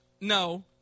No